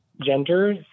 gender